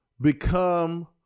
become